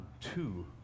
two